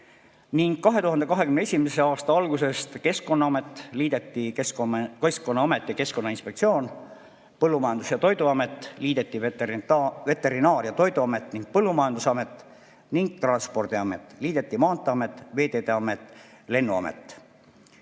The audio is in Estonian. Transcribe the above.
2021. aasta algusest Keskkonnaamet – liideti Keskkonnaamet ja Keskkonnainspektsioon. Põllumajandus- ja Toiduamet – liideti Veterinaar- ja Toiduamet ning Põllumajandusamet; ning Transpordiamet – liideti Maanteeamet, Veeteede Amet ja Lennuamet.